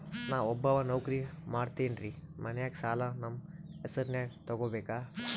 ನಾ ಒಬ್ಬವ ನೌಕ್ರಿ ಮಾಡತೆನ್ರಿ ಮನ್ಯಗ ಸಾಲಾ ನಮ್ ಹೆಸ್ರನ್ಯಾಗ ತೊಗೊಬೇಕ?